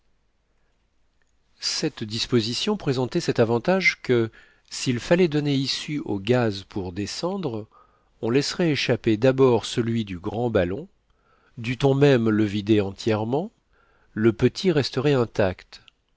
cette disposition présentait cet avantage que s'il fallait donner issue au gaz pour descendre on laisserait échapper d'abord celui du grand ballon dût-on même le vider entièrement le petit resterait intact